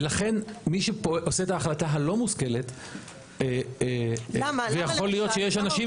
ולכן מי שעושה את ההחלטה הלא מושכלת ויכול להיות שיש אנשים.